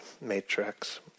matrix